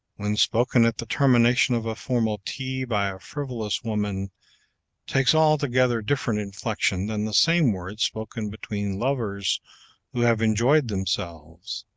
when spoken at the termination of a formal tea by a frivolous woman takes altogether different inflection than the same words spoken between lovers who have enjoyed themselves.